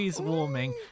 warming